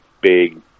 big